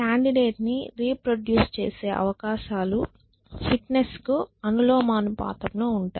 candidate ని reproduce చేసే అవకాశాలు ఫిట్నెస్కు అనులోమానుపాతంలో ఉంటాయి